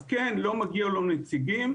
אז כן, לא מגיע לו נציגים.